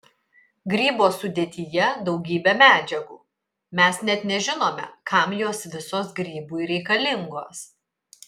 grybo sudėtyje daugybė medžiagų mes net nežinome kam jos visos grybui reikalingos